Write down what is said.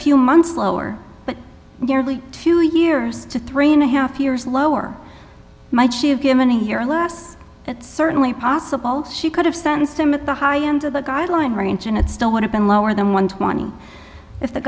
few months lower but barely two years to three and a half years lower might she have given here unless it's certainly possible she could have sentenced him at the high end of the guideline range and it still would have been lower than one twenty if the